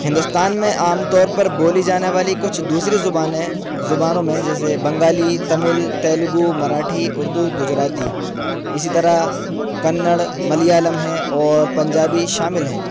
ہندوستان میں عام طور پر بولی جانے والی کچھ دوسری زبانیں زبانوں میں جیسے بنگالی تمل تیلگو مراٹھی اردو گجراتی اسی طرح کنڑ ملیالم ہے اور پنجابی شامل ہیں